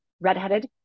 redheaded